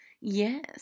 Yes